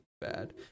bad